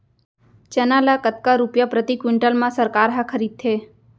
चना ल कतका रुपिया प्रति क्विंटल म सरकार ह खरीदथे?